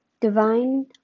Divine